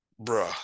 bruh